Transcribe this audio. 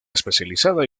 especializada